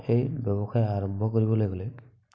সেই ব্যৱসায় আৰম্ভ কৰিবলৈ গ'লে